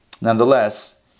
nonetheless